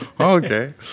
Okay